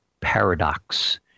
paradox